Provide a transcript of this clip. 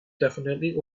definitely